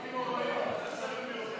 חוק סמכויות לשם מניעת